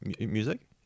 music